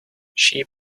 she